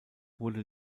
wurde